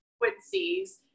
frequencies